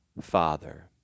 Father